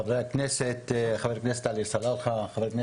חבר הכנסת סימון